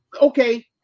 Okay